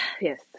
yes